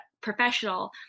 professional